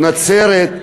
נצרת,